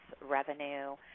revenue